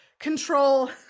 Control